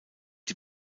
die